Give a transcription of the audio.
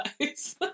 guys